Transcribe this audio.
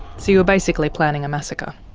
so you were basically planning a massacre.